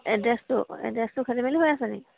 এড্ৰেছটো এড্ৰেছটো খেলি মেলি হৈ আছেনি